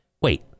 Wait